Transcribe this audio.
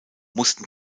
mussten